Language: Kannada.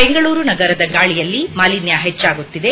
ಬೆಂಗಳೂರು ನಗರದದ ಗಾಳಿಯಲ್ಲಿ ಮಾಲಿನ್ಯ ಹೆಚ್ಚಾಗುತ್ತಿದೆ